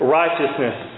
righteousness